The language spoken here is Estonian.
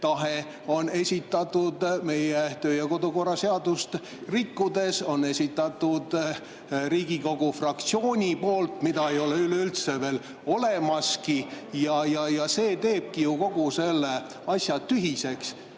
tahe on esitatud meie töö- ja kodukorra seadust rikkudes, on esitatud Riigikogu fraktsiooni poolt, mida ei ole üleüldse veel olemaski. Ja see teebki ju kogu selle asja tühiseks,